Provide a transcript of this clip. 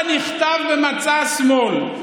כשנכתב במצע השמאל,